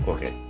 Okay